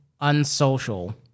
unsocial